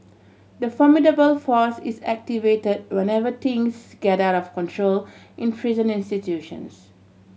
the formidable force is activated whenever things get out of control in prison institutions